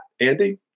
Andy